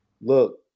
look